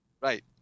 Right